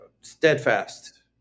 steadfast